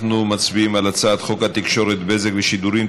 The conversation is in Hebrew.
אנחנו מצביעים על הצעת חוק התקשורת (בזק ושידורים)